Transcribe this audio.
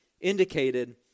indicated